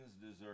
deserve